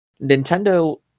nintendo